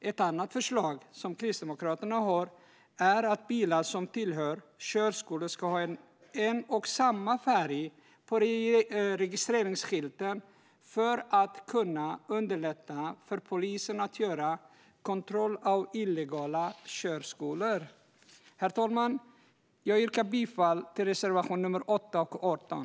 Ett annat förslag som Kristdemokraterna har är att bilar som tillhör körskolor ska ha en och samma färg på registreringsskyltarna för att underlätta för polisen att göra kontroll av illegala körskolor. Herr talman! Jag yrkar bifall till reservationerna 8 och 18.